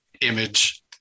image